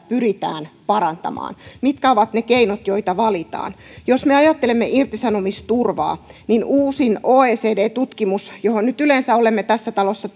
pyritään parantamaan mitkä ovat ne keinot joita valitaan jos me me ajattelemme irtisanomisturvaa niin uusin oecdn tutkimus joihin nyt yleensä olemme tässä talossa